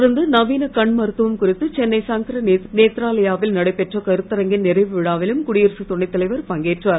தொடர்ந்து நவீன கண் மருத்துவம் குறித்து சென்னை சங்கர நேத்ராலயாவில் நடைபெற்ற கருத்தரங்கின் நிறைவு விழாவிலும் குடியரசு துணை தலைவர் பங்கேற்றார்